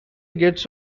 gets